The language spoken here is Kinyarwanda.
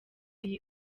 iyi